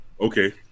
Okay